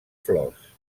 flors